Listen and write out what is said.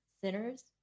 sinners